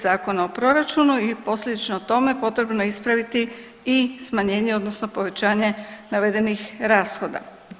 Zakona o proračunu i posljedično tome potrebno je ispraviti i smanjenje odnosno povećanje navedenih rashoda.